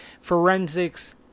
forensics